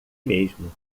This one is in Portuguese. mesmo